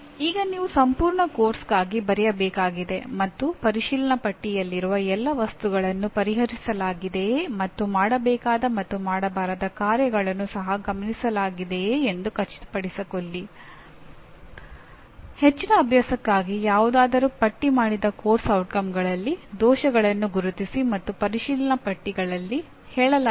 ಈಗ ಈ ನಿರ್ದಿಷ್ಟ ಘಟಕದ ಕಾರ್ಯಯೋಜನೆಗಳಿಗೆ ಬರೋಣ ಈ ಕಾರ್ಯಯೋಜನೆಯು ಶೈಕ್ಷಣಿಕ ಬೋಧನೆಯ ಹಲವು ವೈಶಿಷ್ಟ್ಯಗಳನ್ನು ಸೂಕ್ಷ್ಮವಾಗಿ ಗ್ರಹಿಸಲು ಮಾತ್ರ ಯೋಜಿಸಲಾಗಿದೆ